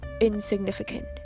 insignificant